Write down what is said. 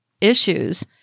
issues